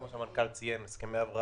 כפי שהמנכ"ל ציין: הסכמי הבראה,